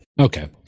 Okay